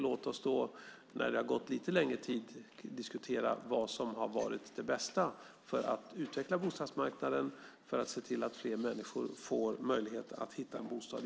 Låt oss när det har gått lite längre tid diskutera vad som har varit det bästa för att utveckla bostadsmarknaden och se till att fler människor får möjlighet att hitta en bostad.